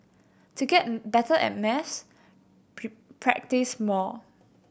to get better at maths practise more